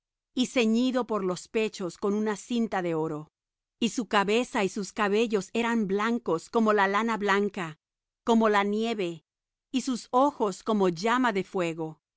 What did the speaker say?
y ceñido por los pechos con una cinta de oro y su cabeza y sus cabellos eran blancos como la lana blanca como la nieve y sus ojos como llama de fuego